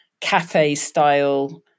cafe-style